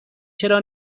چرا